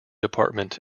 department